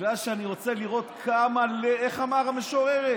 בגלל שאני רוצה לראות כמה, איך כתבה המשוררת: